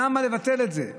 למה לבטל את זה?